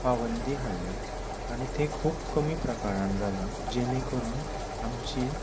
पाबंदी हाडल्या आनी तें खूप कमी प्रकाराण जालां जेणे करून आमची